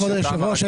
כבוד היושב-ראש,